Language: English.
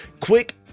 quick